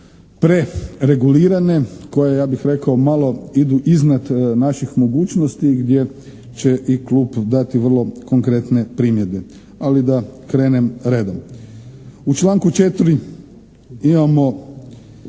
preregulirane, koje ja bih rekao malo idu iznad naših mogućnosti gdje će i Klub dati vrlo konkretne primjedbe. Ali da krenem redom. U članku 4. imamo